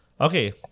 Okay